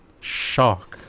Shock